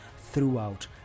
throughout